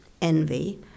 envy